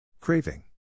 Craving